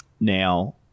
Now